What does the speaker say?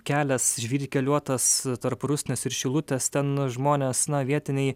kelias žvyrkeliuotas tarp rusnės ir šilutės ten žmonės na vietiniai